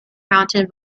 fountain